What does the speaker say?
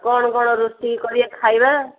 କ'ଣ କ'ଣ ରୋଷେଇ କରି ଖାଇବା